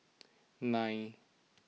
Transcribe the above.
nine